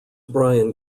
brian